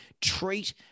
treat